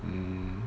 mm